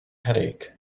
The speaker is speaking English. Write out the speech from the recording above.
headache